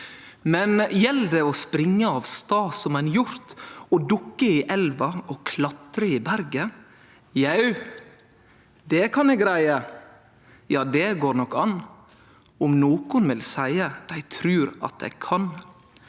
Men gjeld det å springa av stad som ein hjort, å dukke i elva, å klatre i berget … Jau, det kan eg greie, jau, det går nok an. Om nokon vil seie dei trur at eg kan!